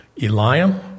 Eliam